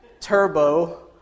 Turbo